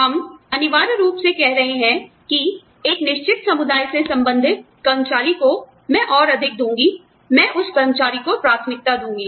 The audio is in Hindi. हम अनिवार्य रूप से कह रहे हैं कि एक निश्चित समुदाय से संबंधित कर्मचारी को मैं और अधिक दूंगी मैं उस कर्मचारी को प्राथमिकता दूंगी